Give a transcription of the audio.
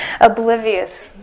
Oblivious